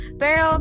pero